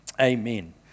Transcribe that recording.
Amen